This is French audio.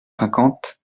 cinquante